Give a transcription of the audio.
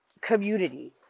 community